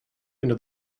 into